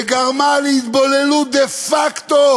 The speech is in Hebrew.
וגרמה להתבוללות דה-פקטו